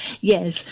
Yes